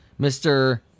Mr